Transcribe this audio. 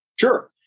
Sure